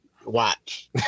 Watch